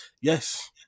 Yes